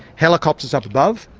helicopters up above.